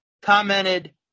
commented